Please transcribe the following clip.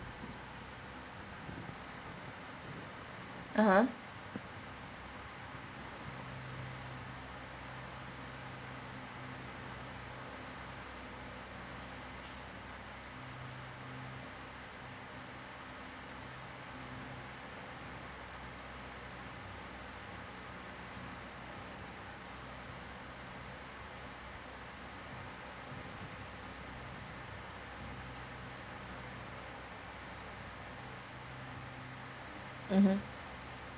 (uh huh) mmhmm